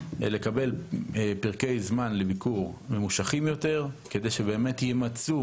שתקבל פרקי זמן לביקור ממושכים יותר כדי שבאמת ימצו